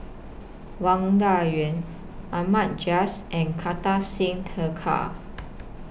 Wang Dayuan Ahmad Jais and Kartar Singh Thakral